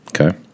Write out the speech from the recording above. Okay